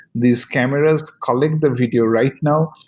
these cameras collect the video right now.